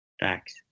Facts